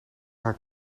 haar